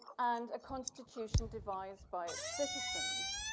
and a constitution devised by its citizens.